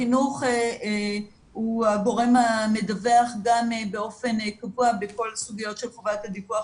החינוך הוא הגורם המדווח גם באופן קבוע בכל הסוגיות של חובת הדיווח